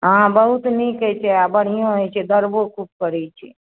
हँ बहुत नीक होइत छै आ बढ़िआँ होइत छै बढ़बो खूब करैत छै